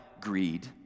Greed